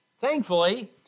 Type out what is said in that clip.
Thankfully